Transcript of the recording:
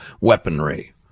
weaponry